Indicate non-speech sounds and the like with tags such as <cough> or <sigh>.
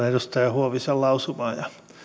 <unintelligible> edustaja huovisen lausumaa